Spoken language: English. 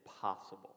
possible